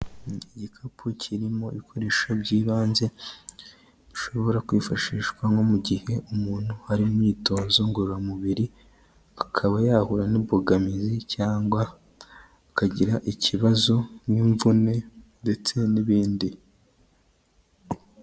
Igikapu kirimo ibikoresho by'ibanze, bishobora kwifashishwa nko mu gihe umuntu ari mu myitozo ngororamubiri, akaba yahura n'imbogamizi cyangwa akagira ikibazo n'imvune ndetse n'ibindi.